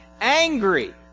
angry